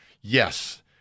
Yes